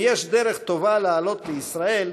אם יש דרך טובה לעלות לישראל